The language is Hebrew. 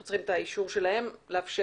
אנחנו צריכים את האישור שלהם לאפשר